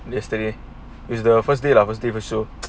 yesterday is the first day lah first day of the show